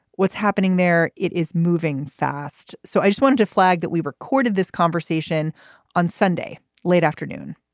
what's happening there? it is moving fast. so i just wanted to flag that. we recorded this conversation on sunday, late afternoon.